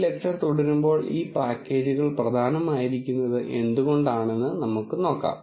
ഈ ലെക്ച്ചർ തുടരുമ്പോൾ ഈ പാക്കേജുകൾ പ്രധാനമായിരിക്കുന്നത് എന്തുകൊണ്ടാണെന്ന് നമുക്ക് നോക്കാം